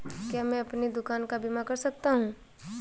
क्या मैं अपनी दुकान का बीमा कर सकता हूँ?